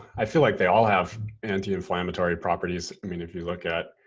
i feel like they all have anti-inflammatory properties. i mean, if you look at